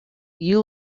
you